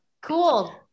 Cool